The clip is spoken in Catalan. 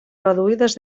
reduïdes